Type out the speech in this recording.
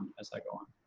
as i go on.